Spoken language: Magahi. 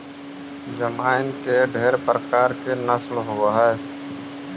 जमाइन के ढेर प्रकार के नस्ल होब हई